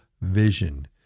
vision